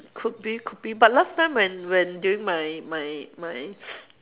could be could be but last time when when during my my my